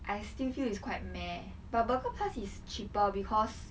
I still feel it's quite meh but burger plus is cheaper because